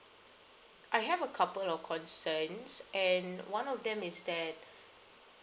I have a couple of concerns and one of them is that